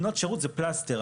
בנות שירות זה פלסטר,